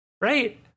right